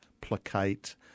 placate